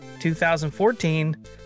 2014